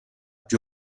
più